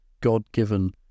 God-given